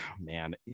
man